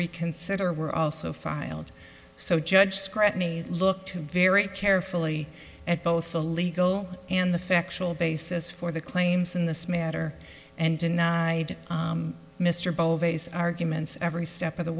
reconsider were also filed so judge scrutiny looked very carefully at both the legal and the factual basis for the claims in this matter and denied mr boldface arguments every step of the